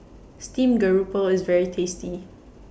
Steamed Grouper IS very tasty